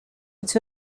but